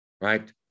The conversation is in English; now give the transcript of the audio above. right